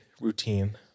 routine